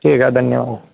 ٹھیک ہے دھنیہ واد